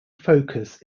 focus